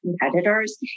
competitors